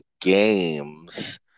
games